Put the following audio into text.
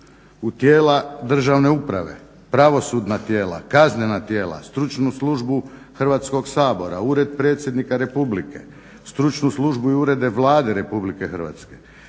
u tijela državne uprave, pravosudna tijela, kaznena tijela, stručnu službu Hrvatskog sabora, ured predsjednika republike, stručnu službu i urede Vlade Republike Hrvatske,